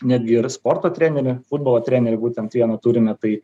netgi ir sporto trenerį futbolo trenerį būtent vieną turime tai